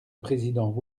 président